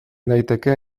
daiteke